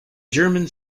german